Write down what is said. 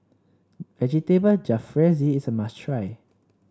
Vegetable Jalfrezi is a must try